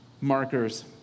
markers